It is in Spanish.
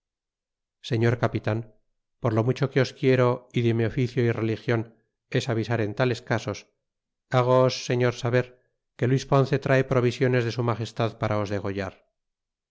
señor capitan por lo mucho que os quiero y de mi oficio y religion es avisar en tales casos hagoos señor saber que luis ponce trae provisiones de su magestad para